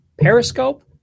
Periscope